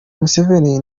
museveni